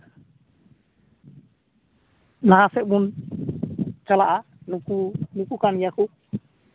ᱞᱟᱦᱟ ᱥᱮᱫ ᱵᱚᱱ ᱪᱟᱞᱟᱜᱼᱟ ᱱᱩᱠᱩ ᱱᱩᱠᱩ ᱠᱟᱱ ᱜᱮᱭᱟ ᱠᱚ